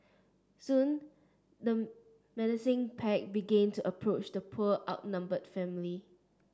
soon the menacing pack began to approach the poor outnumbered family